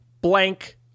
blank